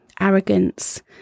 arrogance